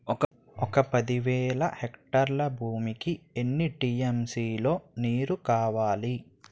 ఒక పది వేల హెక్టార్ల భూమికి ఎన్ని టీ.ఎం.సీ లో నీరు కావాలి?